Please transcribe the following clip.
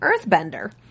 earthbender